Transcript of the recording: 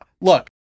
look